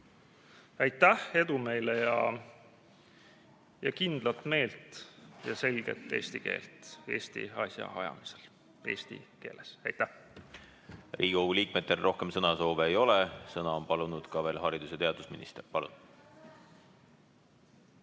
Aitäh! Edu meile ja kindlat meelt ja selget eesti keelt Eesti asja ajamisel eesti keeles. Aitäh! Riigikogu liikmetel rohkem sõnasoove ei ole. Sõna on palunud ka veel haridus‑ ja teadusminister. Palun!